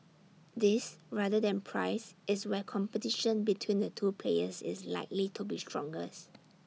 this rather than price is where competition between the two players is likely to be strongest